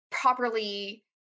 properly